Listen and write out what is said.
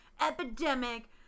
epidemic